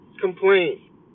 complain